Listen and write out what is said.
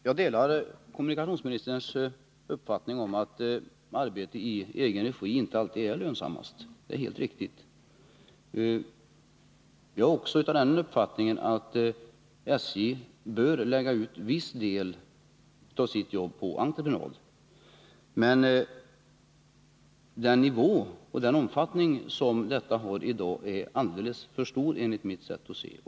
Herr talman! Jag delar kommunikationsministerns uppfattning att arbete i egen regi inte alltid är lönsammast. Det är helt riktigt. Jag är också av den uppfattningen att SJ bör lägga ut viss del av sitt jobb på entreprenad. Men den omfattning som detta har i dag är alldeles för stor enligt mitt sätt att se.